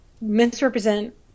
misrepresent